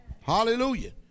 hallelujah